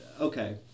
okay